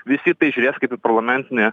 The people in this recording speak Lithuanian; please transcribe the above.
visi žiūrės kaip į parlamentinį